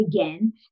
again